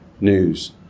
news